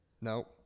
No